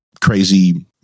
crazy